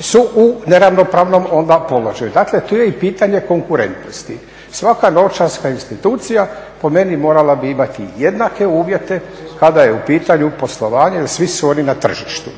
su u neravnopravnom onda položaju? Dakle tu je i pitanje konkurentnosti. Svaka novčarska institucija po meni morala bi imati jednake uvjete kada je u pitanju poslovanje jer svi su oni na tržištu.